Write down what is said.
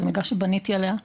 זו מלגה שבניתי עליה,